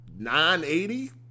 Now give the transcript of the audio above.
980